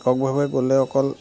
এককভাৱে গ'লে অকল